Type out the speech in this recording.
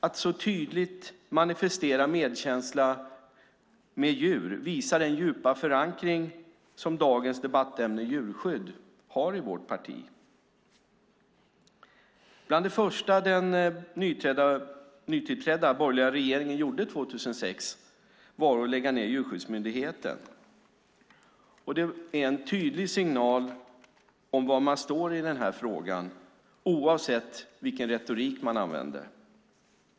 Att vi så tydligt manifesterar medkänsla med djur visar den djupa förankring som dagens debattämne, djurskydd, har i vårt parti. Bland det första som den nytillträdda borgerliga regeringen gjorde 2006 var att lägga ned Djurskyddsmyndigheten. Det är en tydlig signal om var man står i denna fråga, oavsett vilken retorik man använder.